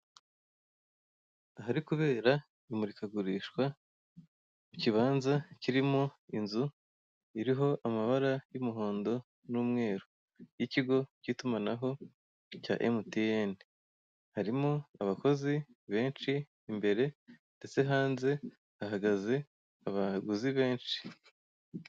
Ahari kubera imurikagurishwa, ku kibanza kirimo inzu iriho amabara y'umuhondo n'umweru y'ikigo cy'itumanaho cya Emutiyeni. Harimo abakozi benshi imbere, ndetse hanze hahagaze abaguzi benshi.